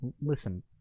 Listen